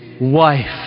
wife